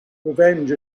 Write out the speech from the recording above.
revenge